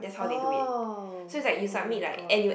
oh oh my god